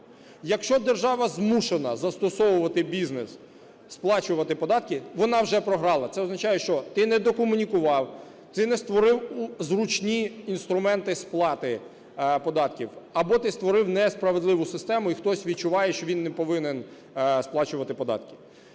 Якщо держава змушена застосовувати бізнес, сплачувати податки, вона вже програла. Це означає, що ти недокомунікував, ти не створив зручні інструменти сплати податків, або ти створив несправедливу систему, і хтось відчуває, що він не повинен сплачувати податки.